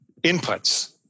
inputs